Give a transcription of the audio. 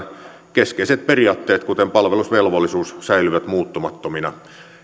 keskeiset periaatteet kuten palvelusvelvollisuus säilyvät muuttumattomina